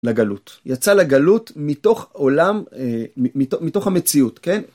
לגלות. יצא לגלות מתוך עולם, מתוך המציאות, כן?